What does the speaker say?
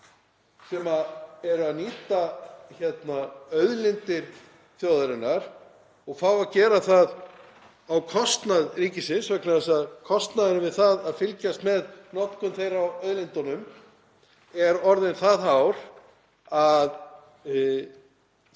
sem eru að nýta auðlindir þjóðarinnar og fá að gera það á kostnað ríkisins vegna þess að kostnaðurinn við það að fylgjast með notkun þeirra á auðlindunum er orðinn það hár og gjöldin